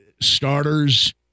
starters